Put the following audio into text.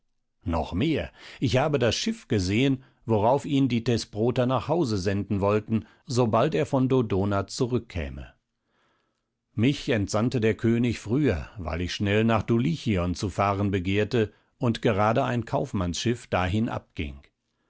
noch mehr ich habe das schiff gesehen worauf ihn die thesproter nach hause senden wollten sobald er von dodona zurückkäme mich entsandte der könig früher weil ich schnell nach dulichion zu fahren begehrte und gerade ein kaufmannsschiff dahin